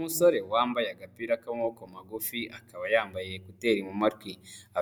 Umusore wambaye agapira k'amaboko magufi akaba yambaye ekuteri mu matwi,